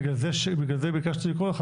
בגלל זה ביקשתי לקרוא לך,